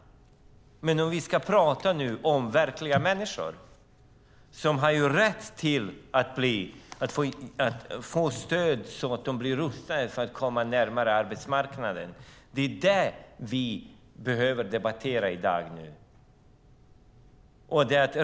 Vi behöver i stället tala om verkliga människor som har rätt till stöd så att de är rustade för att komma närmare arbetsmarknaden. Det är det vi behöver debattera i dag.